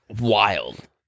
wild